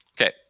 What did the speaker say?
okay